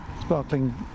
sparkling